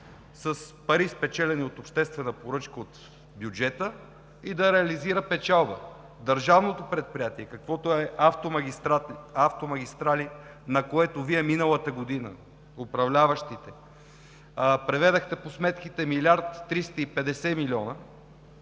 с пари, спечелени от обществена поръчка, от бюджета и да реализира печалба. Държавното предприятие, каквото е „Автомагистрали“, на което Вие миналата година, управляващите, преведохте по сметките милиард